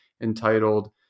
entitled